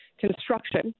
construction